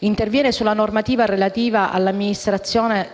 interviene sulla normativa relativa all'amministrazione,